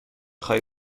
خواهی